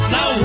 Now